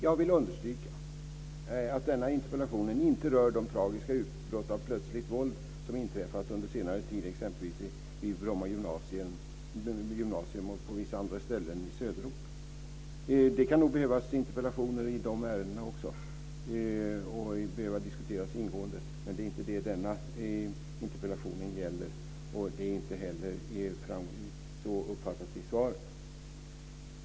Jag vill understryka att denna interpellation inte rör de tragiska utbrott av plötsligt våld som inträffat under senare tid exempelvis i Bromma gymnasium och på vissa ställen i Söderort. Det kan nog behövas interpellationer i de ärendena också, och det kan behöva diskuteras ingående, men det är inte det denna interpellation gäller. Man har inte heller uppfattat det så i svaret.